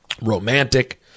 romantic